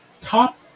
top